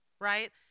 right